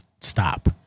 stop